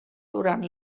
durant